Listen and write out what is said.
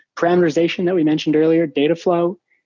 parameterization that we mentioned earlier, data flow,